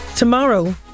Tomorrow